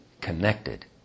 connected